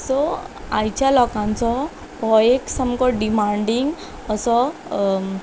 so आयच्या लोकांचो हो एक सामको डिमांडींग असो